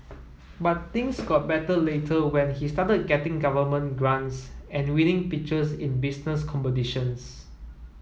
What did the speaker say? but things got better later when he started getting government grants and winning pitches in business competitions